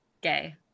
gay